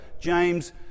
James